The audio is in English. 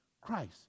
Christ